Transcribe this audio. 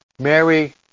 Mary